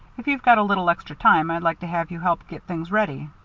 if you've got a little extra time i'd like to have you help get things ready.